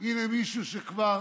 הינה מישהו שכבר